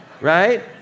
right